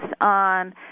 on